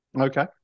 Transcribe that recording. Okay